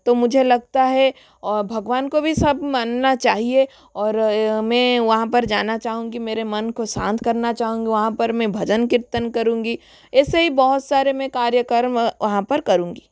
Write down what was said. तो मुझे लगता है और भगवान को भी सब मानना चाहिए और मैं वहाँ पर जाना चाहूँगी मेरे मन को शांत करना चाहूँगी वहाँ पर मैं भजन कीर्तन करुँगी ऐसे ही बहुत सारे मैं कार्यक्रम वहाँ पर करुँगी